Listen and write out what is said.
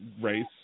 race